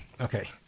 Okay